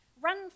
Run